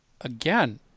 Again